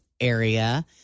area